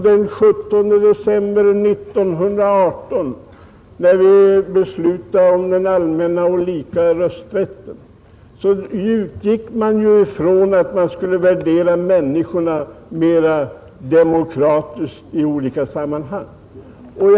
Den 17 december 1918, när man beslöt om den allmänna och lika rösträtten, utgick man från en mera demokratisk värdering av människorna.